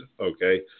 Okay